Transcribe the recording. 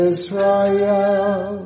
Israel